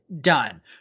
done